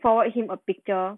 forward him a picture